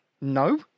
No